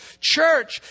Church